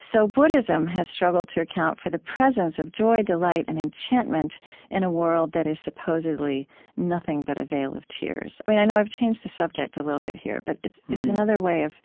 so buddhism has struggled to account for the presence of joy, delight, and enchantment in a world that is supposedly nothing but a vale of tears. i know i've changed the subject a little bit here, but it's it's another way of